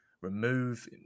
remove